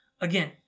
Again